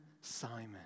Simon